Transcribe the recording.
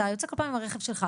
אתה יוצא כל פעם עם הרכב שלך,